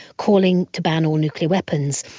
calling to ban all nuclear weapons.